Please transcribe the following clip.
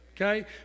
Okay